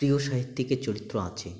প্রিয় সাহিত্যিকের চরিত্র আছে